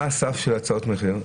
מה הסף של הצעות המחיר?